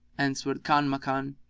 answered kanmakan,